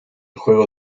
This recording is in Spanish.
juego